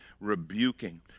rebuking